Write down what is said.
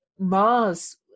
mars